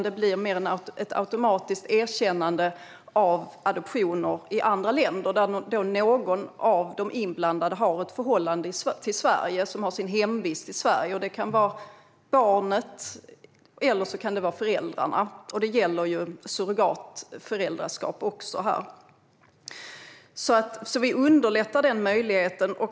Det blir mer ett automatiskt erkännande av adoptioner i andra länder där någon av de inblandade har ett förhållande till Sverige och sin hemvist i Sverige. Det kan vara barnet eller föräldrarna. Det gäller också surrogatföräldraskap. Vi underlättar den möjligheten.